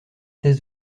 thèse